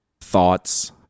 thoughts